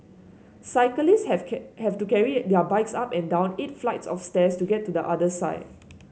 cyclist have have to carry their bikes up and down eight flights of stairs to get to the other side